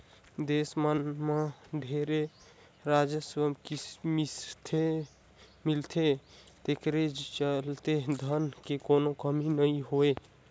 देस मन मं ढेरे राजस्व मिलथे तेखरे चलते धन के कोनो कमी नइ होय